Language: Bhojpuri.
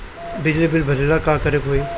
बिजली बिल भरेला का करे के होई?